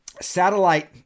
satellite